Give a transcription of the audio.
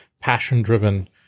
passion-driven